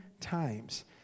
times